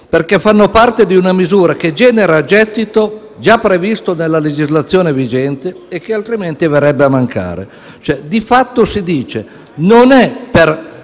perché fanno parte di una misura che genera gettito già previsto dalla legislazione vigente e che altrimenti verrebbe a mancare. Di fatto si dice: non è per